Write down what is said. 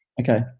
okay